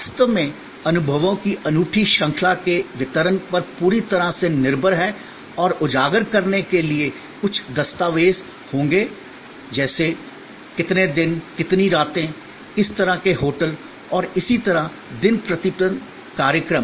वास्तव में अनुभवों की अनूठी श्रृंखला के वितरण पर पूरी तरह से निर्भर है और उजागर करने के लिए कुछ दस्तावेज होंगे जैसे कितने दिन कितनी रातें किस तरह के होटल और इसी तरह दिन प्रतिदिन कार्यक्रम